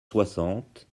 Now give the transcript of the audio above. soixante